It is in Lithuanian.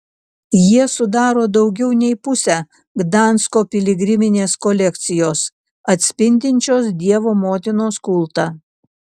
jie sudaro daugiau nei pusę gdansko piligriminės kolekcijos atspindinčios dievo motinos kultą